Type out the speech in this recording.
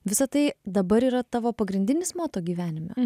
visa tai dabar yra tavo pagrindinis moto gyvenime